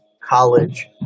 college